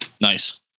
nice